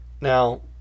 now